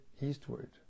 eastward